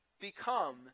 become